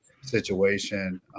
situation